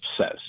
says